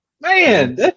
man